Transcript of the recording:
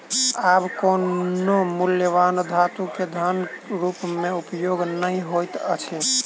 आब कोनो मूल्यवान धातु के धनक रूप में उपयोग नै होइत अछि